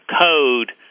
code